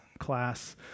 class